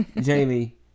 Jamie